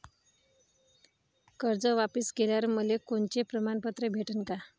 कर्ज वापिस केल्यावर मले कोनचे प्रमाणपत्र भेटन का?